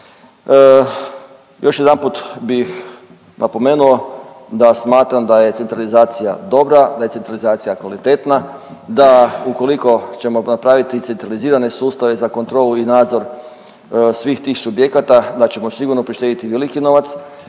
Još jedanput bih napomenuo da smatram da je centralizacija dobra, da je centralizacija kvalitetna, da ukoliko ćemo napraviti centralizirane sustave za kontrolu i nadzor svih tih subjekata, da ćemo sigurno prištedjeti veliki novac.